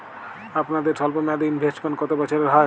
আপনাদের স্বল্পমেয়াদে ইনভেস্টমেন্ট কতো বছরের হয়?